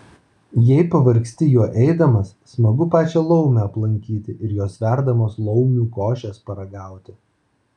jei pavargsti juo eidamas smagu pačią laumę aplankyti ir jos verdamos laumių košės paragauti